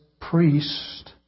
priest